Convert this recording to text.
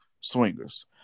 swingers